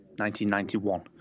1991